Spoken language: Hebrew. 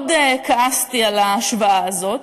מאוד כעסתי על ההשוואה הזאת,